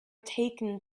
taken